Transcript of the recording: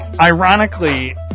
ironically